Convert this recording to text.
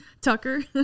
Tucker